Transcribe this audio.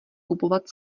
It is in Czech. kupovat